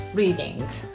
readings